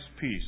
peace